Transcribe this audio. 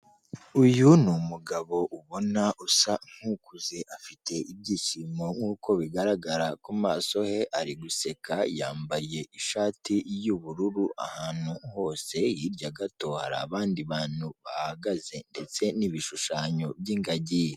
Uyu nigabo ubona usa nk'ukuze afite ibyishimo nk'uko bigaragara ku maso he ari guseka yambaye ishati y'ubururu ahantu hose, hirya gato hari abandi bantu bahagaze. Ndetse n'ibishushanyo by'ingagi.